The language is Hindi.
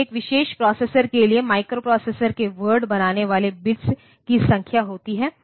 तो एक विशेष प्रोसेसर के लिए माइक्रोप्रोसेसर के वर्ड बनाने वाले बिट्स की संख्या होती है